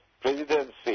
presidency